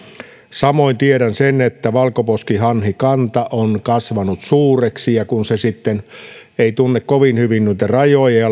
samoin tiedän sen että valkoposkihanhikanta on kasvanut suureksi ja kun se ei tunne kovin hyvin noita rajoja ja